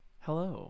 Hello